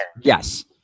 Yes